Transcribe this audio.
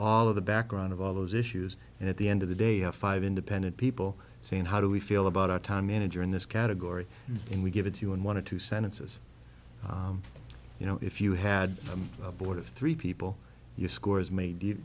all of the background of all those issues and at the end of the day have five independent people saying how do we feel about our time manager in this category and we give it to you and wanted two sentences you know if you had a board of three people your scores ma